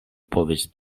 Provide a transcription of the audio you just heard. povis